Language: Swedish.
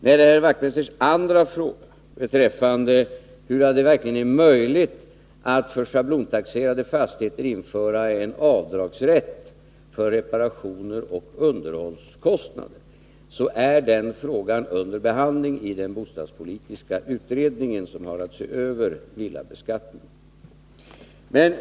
När det gäller herr Wachtmeisters andra fråga, beträffande huruvida det är möjligt att för schablontaxerade fastigheter införa en avdragsrätt för reparationsoch underhållskostnader, vill jag svara att detta är under behandling i den bostadspolitiska utredningen, som har att se över villabeskattningen.